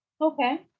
okay